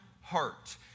heart